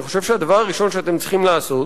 אני חושב שהדבר הראשון שאתם צריכים לעשות